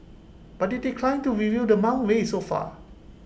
but IT declined to reveal the amount raised so far